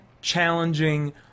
challenging